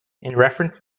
reference